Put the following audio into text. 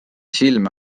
silme